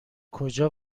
کجا